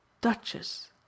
Duchess